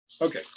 Okay